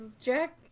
Jack